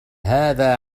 هذا